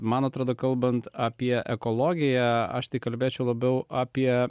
man atrodo kalbant apie ekologiją aš kalbėčiau labiau apie